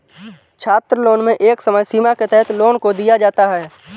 छात्रलोन में एक समय सीमा के तहत लोन को दिया जाता है